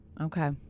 Okay